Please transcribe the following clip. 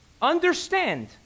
Understand